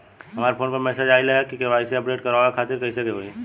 हमरा फोन पर मैसेज आइलह के.वाइ.सी अपडेट करवावे खातिर त कइसे होई?